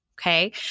Okay